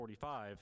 45